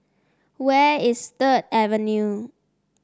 where is Third Avenue